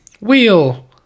Wheel